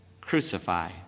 crucify